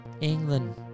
England